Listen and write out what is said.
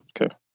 Okay